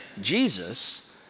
Jesus